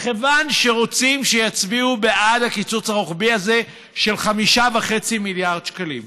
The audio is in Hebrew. מכיוון שרוצים שהם יצביעו בעד הקיצוץ הרוחבי הזה של 5.5 מיליארד שקלים.